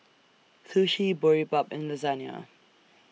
Sushi Boribap and Lasagna